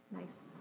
Nice